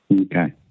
Okay